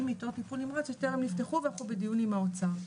מיטות טיפול נמרץ שטרם נפתחו ואנחנו בדיונים עם האוצר,